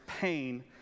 pain